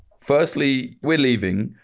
firstly we're leaving,